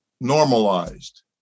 normalized